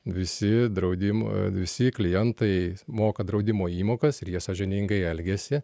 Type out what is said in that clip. visi draudim visi klientai moka draudimo įmokas ir jie sąžiningai elgiasi